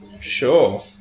Sure